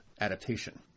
adaptation